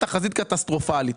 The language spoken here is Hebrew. תחזית קטסטרופלית.